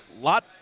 lot